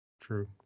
True